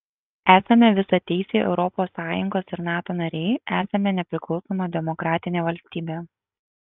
esame visateisiai europos sąjungos ir nato nariai esame nepriklausoma demokratinė valstybė